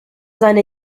seine